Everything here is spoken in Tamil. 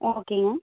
ஓகேங்க